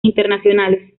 internacionales